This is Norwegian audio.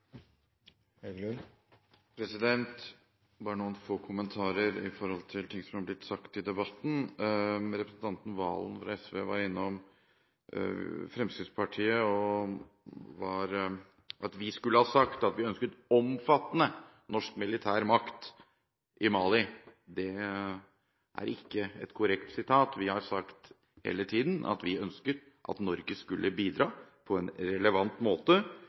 Valen fra SV var innom Fremskrittspartiet. Han mente vi skulle ha sagt at vi ønsker omfattende norsk militær makt i Mali. Det er ikke et korrekt sitat. Vi har sagt hele tiden at vi ønsket at Norge skulle bidra på en relevant måte